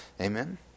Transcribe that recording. Amen